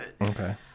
Okay